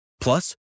Plus